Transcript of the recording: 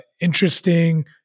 interesting